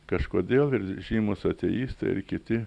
kažkodėl ir žymūs ateistai ir kiti